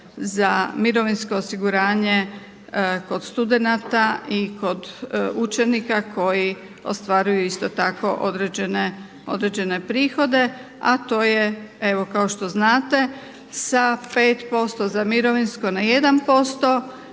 za mirovinsko osiguranje kod studenata i kod učenika koji ostvaruju isto tako određene prihode, a to je evo kao što znate sa 5% za mirovinsko na 1%